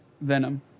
venom